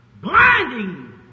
blinding